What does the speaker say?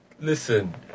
listen